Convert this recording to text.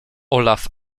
olaf